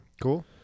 Cool